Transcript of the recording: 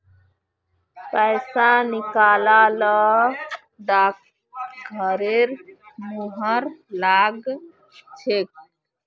पैसा निकला ल डाकघरेर मुहर लाग छेक